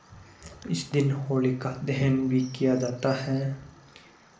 इस दिन होलिका दहन भी किया जाता है